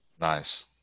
Nice